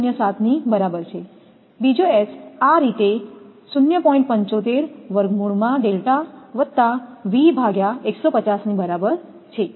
બીજો S આ રીતે ની બરાબર છે